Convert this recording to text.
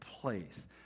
place